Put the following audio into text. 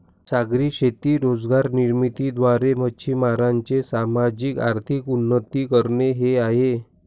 सागरी शेती रोजगार निर्मिती द्वारे, मच्छीमारांचे सामाजिक, आर्थिक उन्नती करणे हे आहे